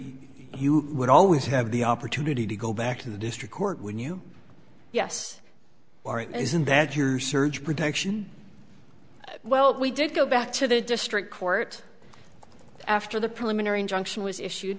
you would always have the opportunity to go back to the district court when you yes aren't isn't that your surge protection well we did go back to the district court after the preliminary injunction was issue